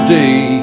day